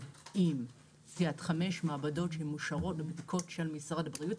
עם חמש מעבדות שמאושרות בבדיקות של משרד הבריאות,